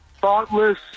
thoughtless